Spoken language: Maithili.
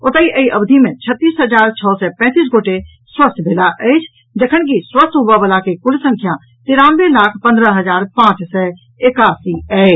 ओतहि एहि अवधि मे छत्तीस हजार छओ सय पैंतीस गोटे स्वस्थ भेलाह अछि जखन कि स्वस्थ होबय वला के कुल संख्या तेरानवे लाख पंद्रह हजार पांच सय एकासी अछि